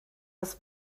das